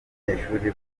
abanyeshuri